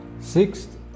Sixth